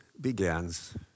begins